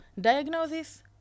diagnosis